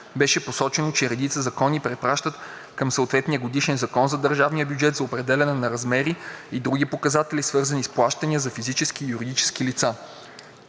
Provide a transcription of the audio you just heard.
Беше посочено, че редица закони препращат към съответния годишен закон за държавния бюджет за определяне на размери и други показатели, свързани с плащания за физически и юридически лица.